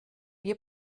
wir